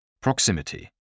Proximity